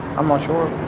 i'm not sure.